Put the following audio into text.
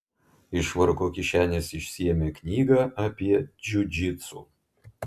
iš švarko kišenės išsiėmė knygą apie džiudžitsu